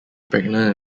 pregnant